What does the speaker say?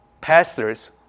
Pastors